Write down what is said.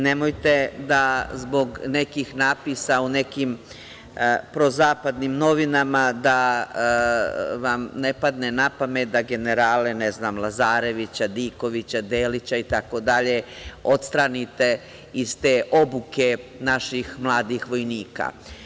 Nemojte da zbog nekih napisa u nekim prozapadnim novinama vam ne padne na pamet da generale, ne znam, Lazarevića, Dikovića, Delića itd odstranite iz te obuke naših mladih vojnika.